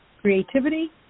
creativity